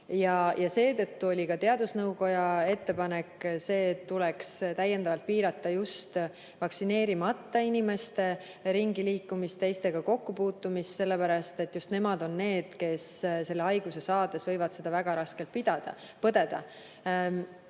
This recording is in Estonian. Seetõttu oli ka teadusnõukoja ettepanek see, et tuleks täiendavalt piirata just vaktsineerimata inimeste ringiliikumist, teistega kokkupuutumist, sellepärast et just nemad on need, kes selle haiguse saades võivad seda väga raskelt põdeda.